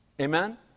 Amen